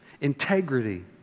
Integrity